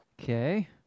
Okay